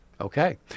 okay